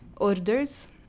orders